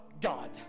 God